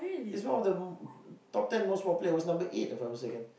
it's one of the top ten most popular it was number eight If I was thinking